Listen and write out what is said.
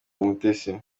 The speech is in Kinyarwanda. w’umutesi